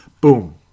Boom